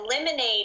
eliminate